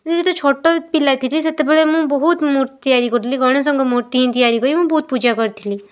ଛୋଟପିଲା ଥିଲି ସେତେବେଳେ ମୁଁ ବହୁତ ମୂର୍ତ୍ତି ତିଆରି କରୁଥିଲି ଗଣେଶଙ୍କ ମୂର୍ତ୍ତି ହିଁ ତିଆରି କରି ମୁଁ ବହୁତ ପୂଜା କରିଥିଲି